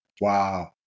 Wow